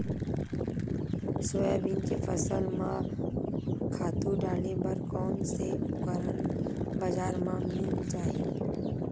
Soybean के फसल म खातु डाले बर कोन से उपकरण बजार म मिल जाहि?